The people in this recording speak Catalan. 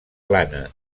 plana